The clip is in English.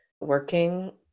working